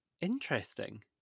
interesting